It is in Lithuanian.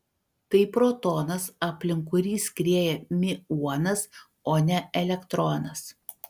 tai protonas aplink kurį skrieja miuonas o ne elektronas